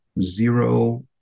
zero